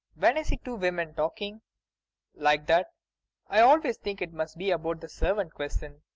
when i see two women talking like that i always think it must be about the servant question.